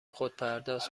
خودپرداز